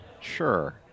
sure